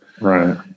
Right